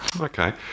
Okay